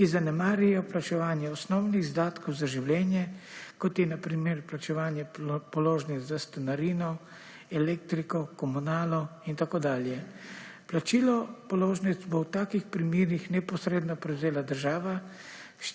ki zanemarijo vprašanje osnovnih izdatkov za življenje kot je na primer plačevanje položnic za stanarino, elektriko, komunalo in tako dalje. Plačilo položnic bo ob takih primerih neposredno prevzela država